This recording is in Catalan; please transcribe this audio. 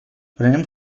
prenem